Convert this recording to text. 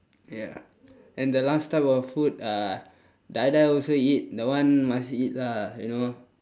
ya and the last type of food uh die die also eat that one must eat lah you know